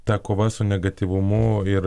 ta kova su negatyvumu ir